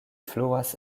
fluas